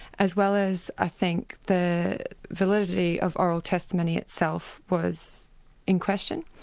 as well as i think the validity of oral testimony itself was in question,